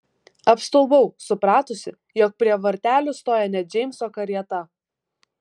apstulbau supratusi jog prie vartelių stoja ne džeimso karieta